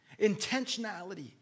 Intentionality